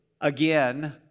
again